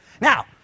Now